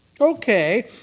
Okay